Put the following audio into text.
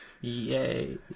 Yay